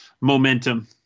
momentum